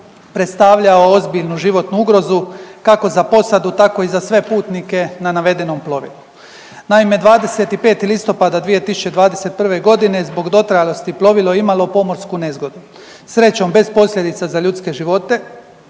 predstavljao ozbiljnu životnu ugrozu, kako za posadu tako i za sve putnike na navedenom plovilu. Naime, 25. listopada 2021.g. zbog dotrajalosti plovilo je imalo pomorsku nezgodu, srećom bez posljedica za ljudske živote